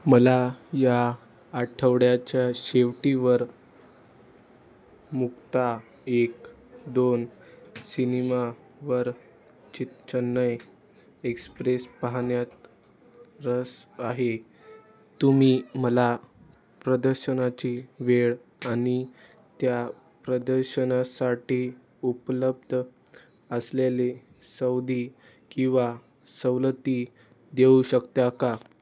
मला या आठवड्याच्या शेवटीवर मुक्ता एक दोन सिनेमावर चित चेन्नई एक्सप्रेस पाहण्यात रस आहे तुम्ही मला प्रदर्शनाची वेळ आणि त्या प्रदर्शनासाठी उपलब्ध असलेली सौदे किंवा सवलती देऊ शकता का